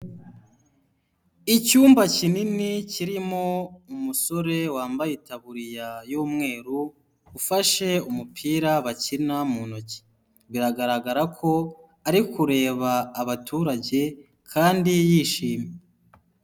Icyumba kinini kirimo umusore wambaye itabuririya y'umweru, ufashe umupira bakina mu ntoki, biragaragara ko ari kureba abaturage kandi yishimye.